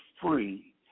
free